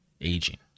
aging